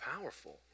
powerful